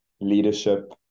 leadership